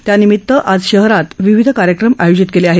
त्यानिमित आज शहरात विविध कार्यक्रम आयोजित केले आहेत